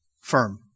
firm